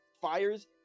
fires